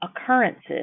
Occurrences